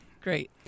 Great